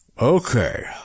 Okay